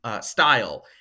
style